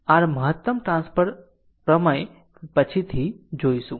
r મહત્તમ power transfer પ્રમેય પછીથી જોઈશું